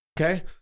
Okay